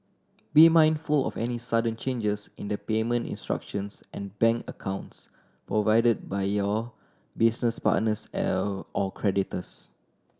be mindful of any sudden changes in the payment instructions and bank accounts provided by your business partners or creditors